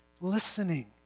listening